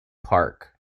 park